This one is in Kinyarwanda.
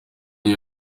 iyo